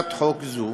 בהצעת חוק זו,